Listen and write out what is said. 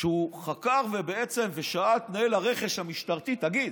כשהוא חקר ושאל את מנהל הרכש המשטרתי: תגיד,